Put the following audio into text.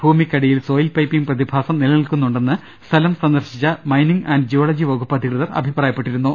ഭൂമി യ്ക്കടിയിൽ soil piping പ്രതിഭാസം നിലനിൽക്കു ന്നുണ്ടെന്ന് സ്ഥലം സന്ദർശിച്ച മൈനിംഗ് ആന്റ് ജിയോളജി വകുപ്പധികൃതർ അഭിപ്രായപ്പെട്ടിരുന്നു